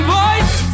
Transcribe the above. voice